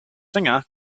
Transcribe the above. singer